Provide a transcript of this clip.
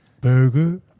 Burger